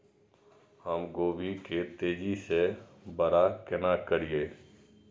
हम गोभी के तेजी से बड़ा केना करिए?